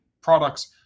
products